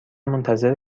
منتظر